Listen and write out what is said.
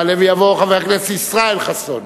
יעלה ויבוא חבר הכנסת ישראל חסון,